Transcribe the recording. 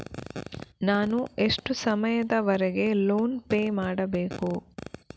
ನಾನು ಎಷ್ಟು ಸಮಯದವರೆಗೆ ಲೋನ್ ಪೇ ಮಾಡಬೇಕು?